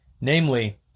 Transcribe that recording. Namely